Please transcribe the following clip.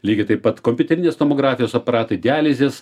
lygiai taip pat kompiuterinės tomografijos aparatai dializės